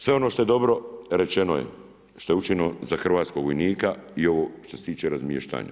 Sve ono što je dobro rečeno je, što je učinjeno za hrvatskog vojnika i ovo što se tiče razmještanja.